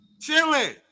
chilling